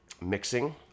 mixing